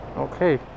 Okay